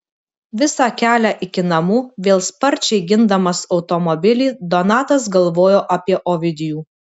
visą kelią iki namų vėl sparčiai gindamas automobilį donatas galvojo apie ovidijų